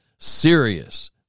serious